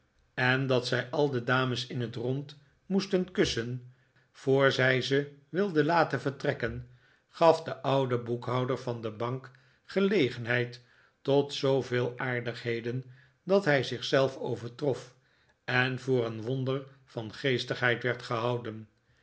en dat zij al de dames in het rond moesten kussen voor zij ze wilden laten vertrekken gaf den ouden boekhouder van de bank gelegenheid tot zooveel aardigheden dat hij zich zelf overtrof en voor een wonder van geestigheid werd gehouden